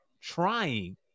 trying